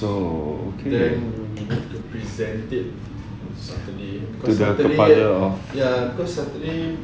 ah so tu dah tempat lay off